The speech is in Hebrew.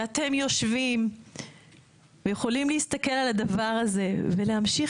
ואתם יושבים ויכולים להסתכל על הדבר הזה ולהמשיך